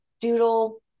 doodle